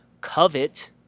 covet